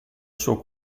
suo